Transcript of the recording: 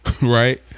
right